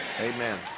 Amen